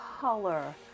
color